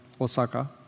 Osaka